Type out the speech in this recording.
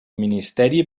ministeri